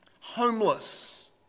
homeless